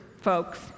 folks